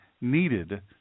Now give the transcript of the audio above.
needed